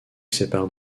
sépare